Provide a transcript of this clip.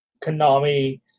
Konami